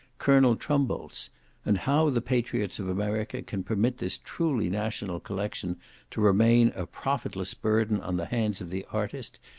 colonel trumbold's and how the patriots of america can permit this truly national collection to remain a profitless burden on the hands of the artist,